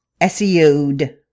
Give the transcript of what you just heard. SEO'd